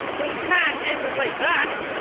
we can't end it like that!